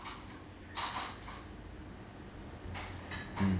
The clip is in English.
mm